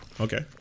Okay